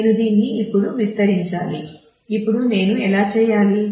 నేను దీన్ని ఇప్పుడు విస్తరించాలి ఇప్పుడు నేను ఎలా చేయాలి